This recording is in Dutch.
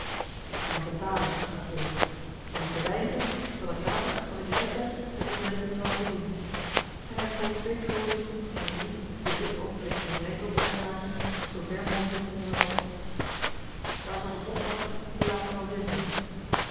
ik zal hem betalen dacht willem als het te weinig is zal ik later als ik rijk ben het ontbrekende wel voldoen en hij schoof twee guldens van de drie die op dit oogenblik zijn rijkdom uitmaakten zoo ver mogelijk onder het hok daar zal de boschwachter ze later wel vinden